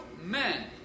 men